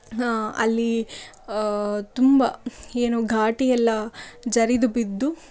ಅಲ್ಲಿ ತುಂಬ ಏನೋ ಘಾಟಿಯೆಲ್ಲ ಜರಿದು ಬಿದ್ದು